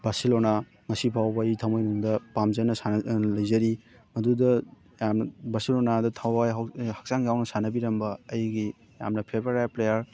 Barcelona ꯉꯁꯤ ꯐꯥꯎꯕ ꯑꯩ ꯊꯃꯣꯏꯅꯨꯡꯗ ꯄꯥꯝꯖꯅ ꯂꯩꯖꯔꯤ ꯑꯗꯨꯗ ꯌꯥꯝꯅ ꯕꯥꯔꯁꯦꯂꯣꯅꯥꯗ ꯊꯋꯥꯏ ꯍꯛꯆꯥꯡ ꯌꯥꯎꯅ ꯁꯥꯟꯅꯕꯤꯔꯝꯕ ꯑꯩꯒꯤ ꯌꯥꯝꯅ ꯐꯦꯚꯣꯔꯥꯏꯠ ꯄ꯭ꯂꯦꯌꯔ